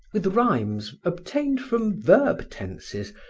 with rhymes obtained from verb tenses,